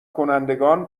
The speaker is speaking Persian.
کنندگان